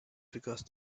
because